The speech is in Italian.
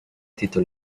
tito